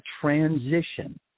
transition